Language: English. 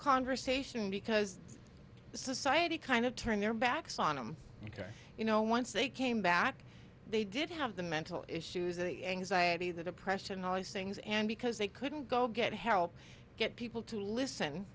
conversation because society kind of turned their backs on him ok you know once they came back they didn't have the mental issues the anxiety the depression all these things and because they couldn't go get help get people to listen